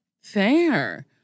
fair